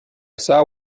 saw